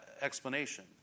explanation